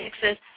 Texas